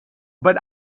but